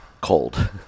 cold